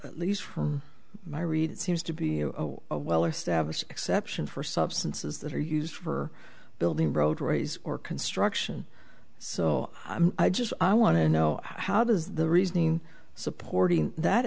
at least from my read it seems to be a well established exception for substances that are used for building roadways or construction so i just i want to know how does the reasoning supporting that